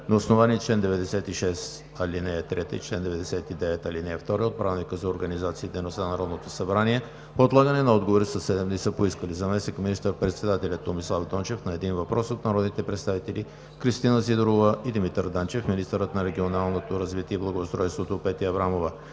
На основание чл. 96, ал. 3 и чл. 99, ал. 2 от Правилника за организацията и дейността на Народното събрание отлагане на отговори със седем дни са поискали: - заместник министър-председателят Томислав Дончев на един въпрос от народните представители Кристина Сидорова и Димитър Данчев; - министърът на регионалното развитие и благоустройството Петя Аврамова